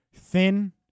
Thin